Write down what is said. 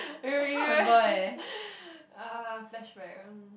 will reu~ ah flashback mm